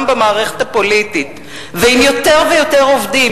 במערכת הפוליטית ועם יותר ויותר עובדים,